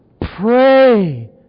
pray